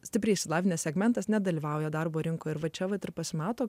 stipriai išsilavinę segmentas nedalyvauja darbo rinkoje ir va čia vat ir pasimato